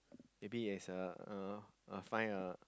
maybe is uh uh find a